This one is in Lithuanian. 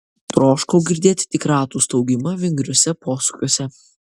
troškau girdėti tik ratų staugimą vingriuose posūkiuose